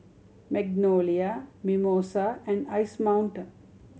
Magnolia Mimosa and Ice Mountain